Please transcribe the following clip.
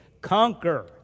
conquer